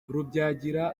rubyagira